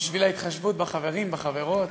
בשביל ההתחשבות בחברים, בחברות.